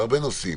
בהרבה נושאים.